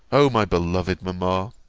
o my beloved mamma,